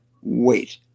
wait